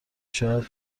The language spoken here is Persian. شاید